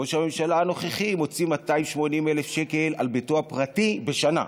ראש הממשלה הנוכחי מוציא 280,000 שקל על ביתו הפרטי בשנה,